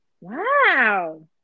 Wow